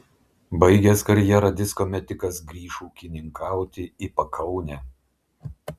baigęs karjerą disko metikas grįš ūkininkauti į pakaunę